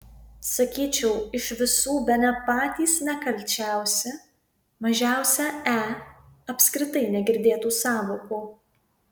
sakyčiau iš visų bene patys nekalčiausi mažiausia e apskritai negirdėtų sąvokų